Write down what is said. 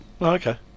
Okay